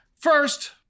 First